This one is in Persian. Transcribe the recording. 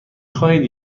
خواهید